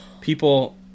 people